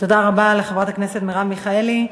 תודה רבה לחברת הכנסת מרב מיכאלי.